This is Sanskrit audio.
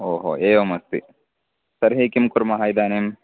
ओहो एवम् अस्तु तर्हि किं कुर्मः इदानीं